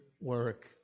work